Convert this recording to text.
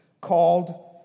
called